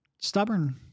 stubborn